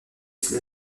sous